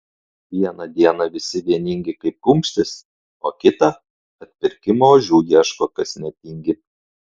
vieną dieną visi vieningi kaip kumštis o kitą atpirkimo ožių ieško kas netingi